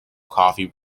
coffee